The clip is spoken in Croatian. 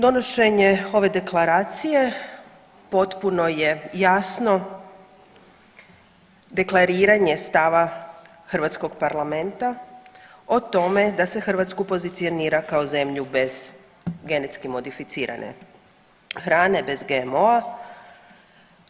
Donošenje ove deklaracije potpuno je jasno deklariranje stava hrvatskog Parlamenta o tome da se Hrvatsku pozicionira kao zemlju bez genetski modificirane hrane, bez GMO-a.